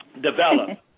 develop